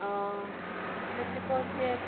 Mexico set